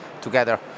together